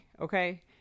okay